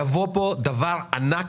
יבוא פה דבר ענק,